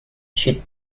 should